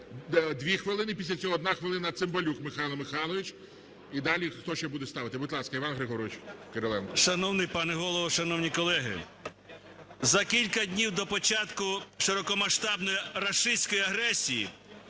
– 2 хвилини, після цього 1 хвилина – Цимбалюк Михайло Михайлович. І далі хто ще буде ставити? Будь ласка, Іван Григорович Кириленко. 13:03:46 КИРИЛЕНКО І.Г. Шановний пане Голово, шановні колеги! За кілька днів до початку широкомасштабної рашистської агресії